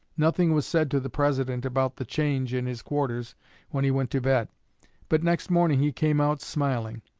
nothing was said to the president about the change in his quarters when he went to bed but next morning he came out smiling,